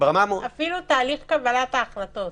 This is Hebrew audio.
אפילו תהליך קבלת ההחלטות.